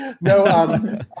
No